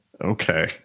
Okay